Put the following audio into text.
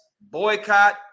boycott